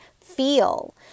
feel